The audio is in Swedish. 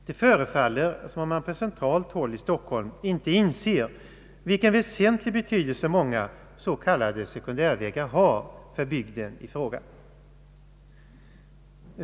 Det förefaller mig som om man på centralt håll i Stockholm inte inser vilken väsentlig betydelse många så kallade sekundärvägar har för bygden i fråga.